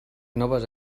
noves